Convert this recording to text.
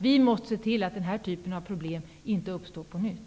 Vi måste se till att den här typen av problem inte uppstår på nytt.